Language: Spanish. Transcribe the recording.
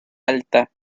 alta